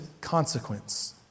consequence